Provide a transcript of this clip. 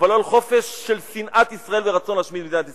אבל לא על חופש של שנאת ישראל ורצון להשמיד את מדינת ישראל.